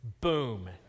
boom